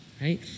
right